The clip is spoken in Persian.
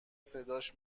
صداش